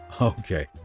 Okay